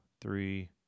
three